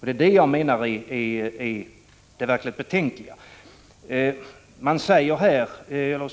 Det är det jag menar är det verkligt betänkliga.